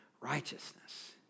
righteousness